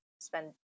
Spend